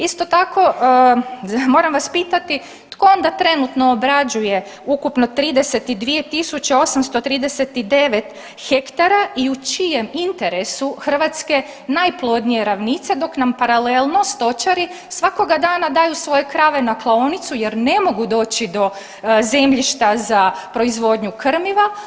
Isto tako, moram vas pitati tko onda trenutno obrađuje ukupno 32839 ha i u čijem interesu Hrvatske najplodnije ravnice dok nam paralelno stočari svakoga dana daju svoje krave na klaonicu jer ne mogu doći do zemljišta za proizvodnju krmiva.